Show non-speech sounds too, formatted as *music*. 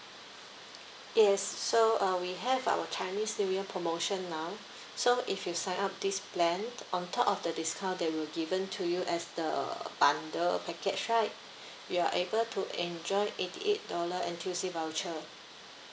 yes so uh we have our chinese new year promotion now so if you sign up this plan on top of the discount that were given to you as the bundle package right *breath* you are able to enjoy eighty eight dollar N_T_U_C voucher